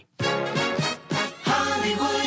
Hollywood